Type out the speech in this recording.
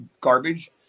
garbage